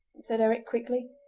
said eric quickly,